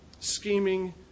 scheming